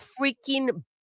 freaking